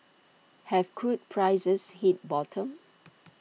have crude prices hit bottom